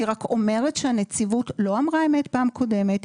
אני רק אומרת שהנציבות לא אמר אמת בפעם הקודמת,